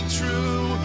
true